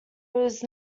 was